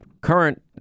current